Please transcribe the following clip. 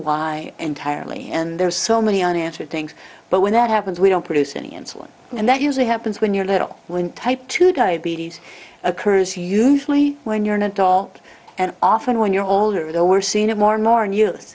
why entirely and there's so many unanswered things but when that happens we don't produce any insulin and that usually happens when you're little when type two diabetes occurs usually when you're in a dog and often when you're older though we're seeing it more and more news